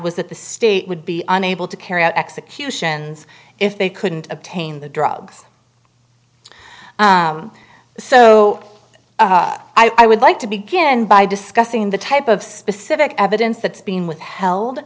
was that the state would be unable to carry out executions if they couldn't obtain the drugs so i would like to begin by discussing the type of specific evidence that's being withheld